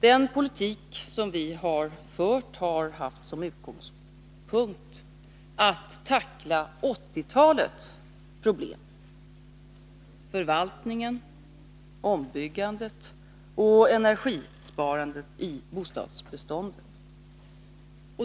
Den politik som vi har fört har haft som utgångspunkt att tackla 1980-talets problem: förvaltningen, ombyggandet och energisparandet i bostadsbeståndet.